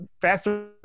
Faster